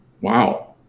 wow